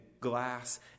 glass